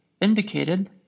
indicated